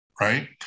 right